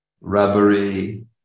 rubbery